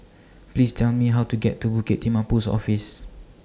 Please Tell Me How to get to Bukit Timah Post Office